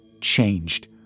changed